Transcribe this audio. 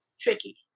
tricky